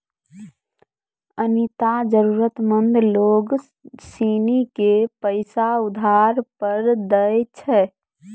अनीता जरूरतमंद लोग सिनी के पैसा उधार पर दैय छै